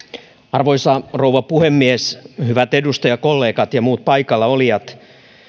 arvoisa rouva puhemies hyvät edustajakollegat ja muut paikalla olijat